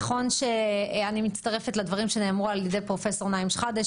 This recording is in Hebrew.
אני מצטרפת לדברים שנאמרו על ידי פרופ' נעים שחאדה,